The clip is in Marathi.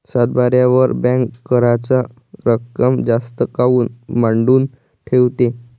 सातबाऱ्यावर बँक कराच रक्कम जास्त काऊन मांडून ठेवते?